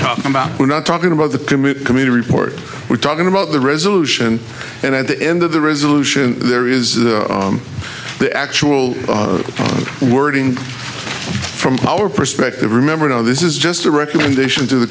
talk about we're not talking about the crimean committee report we're talking about the resolution and at the end of the resolution there is the actual wording from our perspective remember this is just a recommendation to the